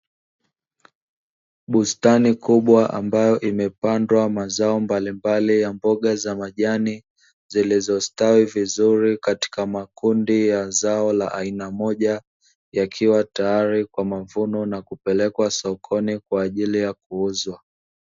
Bustani kubwa ambayo imepandwa mazao mbalimbali ya mboga za majani, zilizostawi vizuri katika makundi ya zao la aina moja, yakiwa tayari kwa mavuno na kupelekwa sokoni kwa ajili ya kuuzwa.